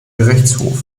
gerichtshof